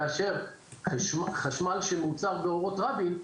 כאשר חשמל שמיוצר באורות רבין,